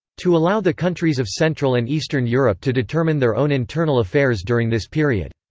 to allow the countries of central and eastern europe to determine their own internal affairs during this period.